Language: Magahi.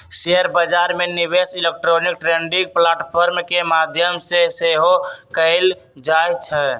शेयर बजार में निवेश इलेक्ट्रॉनिक ट्रेडिंग प्लेटफॉर्म के माध्यम से सेहो कएल जाइ छइ